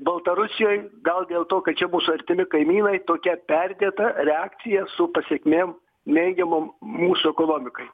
baltarusijoj gal dėl to kad čia mūsų artimi kaimynai tokia perdėta reakcija su pasekmėm neigiamom mūsų ekonomikai